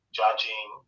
judging